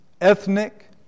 ethnic